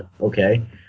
okay